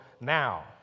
now